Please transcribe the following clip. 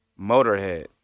Motorhead